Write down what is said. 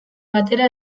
batera